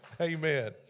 amen